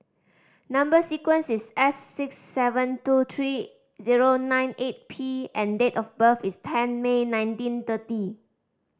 number sequence is S six seven two three zero nine eight P and date of birth is ten May nineteen thirty